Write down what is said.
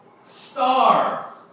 Stars